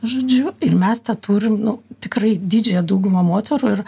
žodžiu ir mes tą turim nu tikrai didžiąją daugumą moterų ir